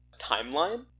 timeline